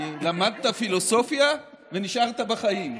למדת פילוסופיה ונשארת בחיים.